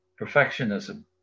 Perfectionism